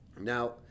now